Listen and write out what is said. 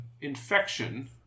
infection